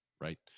Right